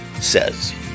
says